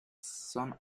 son